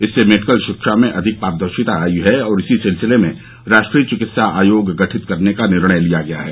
इससे मेडिकल शिक्षा में अधिक पारदर्शिता आई है और इसी सिलसिले में राष्ट्रीय चिकित्सा आयोग गठित करने का निर्णय लिया गया है